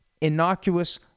innocuous